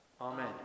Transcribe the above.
amen